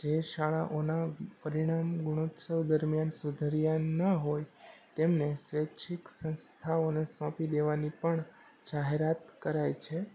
જે શાળાઓનાં પરિણામ ગુણોત્સવ દરમિયાન સુધર્યાં ન હોય તેમને સ્વૈચ્છિક સંસ્થાઓને સોંપી દેવાની પણ જાહેરાત કરાઇ છે